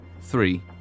Three